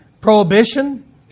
prohibition